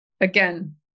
again